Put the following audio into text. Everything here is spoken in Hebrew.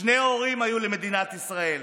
שני הורים היו למדינת ישראל,